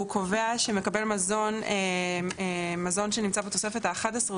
קובע שמקבל מזון שנמצא בתוספת האחת-עשרה